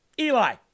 Eli